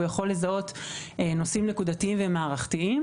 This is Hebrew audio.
הוא יכול לזהות נושאים נקודתיים ומערכתיים